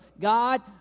God